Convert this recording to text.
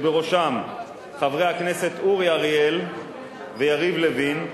ובראשם חברי הכנסת אורי אריאל ויריב לוין,